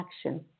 action